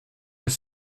des